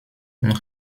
und